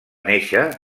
néixer